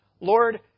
Lord